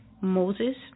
Moses